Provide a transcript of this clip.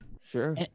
Sure